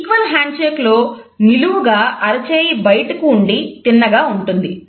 equal handshake లో నిలువుగా అరచేయి బయటకు ఉండి తిన్నగా ఉంటుంది